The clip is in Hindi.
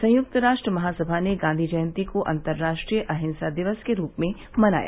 संयुक्त राष्ट्र महासभा ने गांधी जयंती को अंतर्राष्ट्रीय अहिंसा दिवस के रूप में मनाया